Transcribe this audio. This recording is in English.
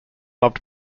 loved